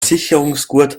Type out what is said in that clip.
sicherungsgurt